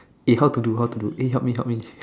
eh how to do how to do eh help me help me